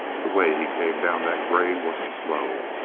the way he came down that grade wasn't slow.